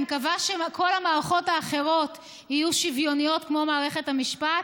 אני מקווה שכל המערכות האחרות יהיו שוויוניות כמו מערכת המשפט.